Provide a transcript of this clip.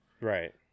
Right